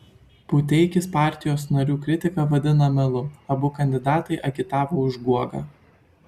puteikis partijos narių kritiką vadina melu abu kandidatai agitavo už guogą